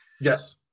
Yes